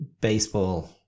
baseball